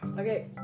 Okay